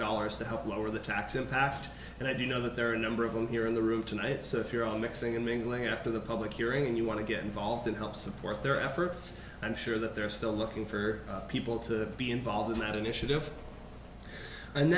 dollars to help lower the tax impact and i do know that there are a number of them here in the room tonight so if you're on mixing and mingling after the public hearing you want to get involved and help support their efforts i'm sure that they're still looking for people to be involved in that initiative and